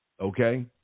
okay